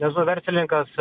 esu verslininkas